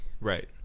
Right